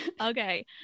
Okay